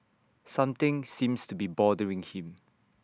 something seems to be bothering him